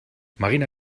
marina